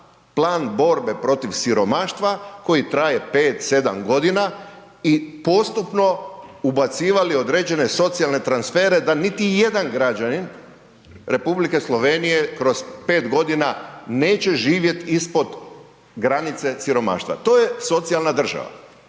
plan borbe protiv siromaštva koji traje pet, sedam godina i postupno ubacivali određene socijalne transfere da niti jedan građanin Republike Slovenije kroz pet godina neće živjeti ispod granice siromaštva. To je socijalna država.